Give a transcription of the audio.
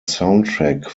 soundtrack